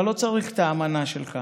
אתה לא צריך את האמנה שלך